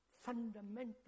fundamental